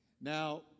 now